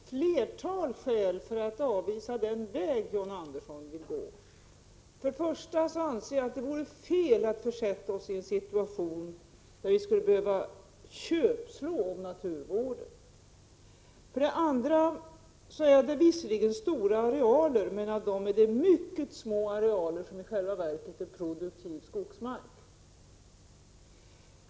Herr talman! Jag har ett flertal skäl för att avvisa den väg som John Andersson vill gå. För det första anser jag att det vore fel att försätta oss i en situation där vi skulle behöva köpslå om naturvården. För det andra handlar det visserligen om stora arealer, men det är mycket små arealer som i själva verket är produktiv skogsmark.